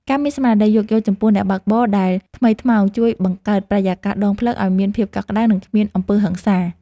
ការមានស្មារតីយោគយល់ចំពោះអ្នកបើកបរដែលថ្មីថ្មោងជួយបង្កើតបរិយាកាសដងផ្លូវឱ្យមានភាពកក់ក្ដៅ និងគ្មានអំពើហិង្សា។